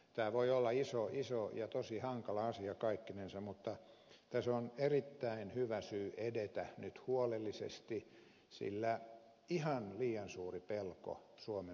tämä voi olla iso ja tosi hankala asia kaikkinensa mutta tässä on erittäin hyvä syy edetä nyt huolellisesti sillä ihan liian suuri pelko suomen väestössä on